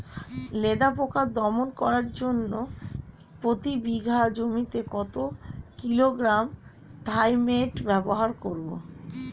লেদা পোকা দমন করার জন্য প্রতি বিঘা জমিতে কত কিলোগ্রাম থাইমেট ব্যবহার করব?